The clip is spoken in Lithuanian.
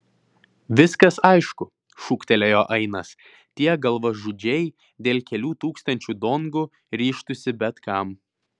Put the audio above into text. viskas aišku šūktelėjo ainas tie galvažudžiai dėl kelių tūkstančių dongų ryžtųsi bet kam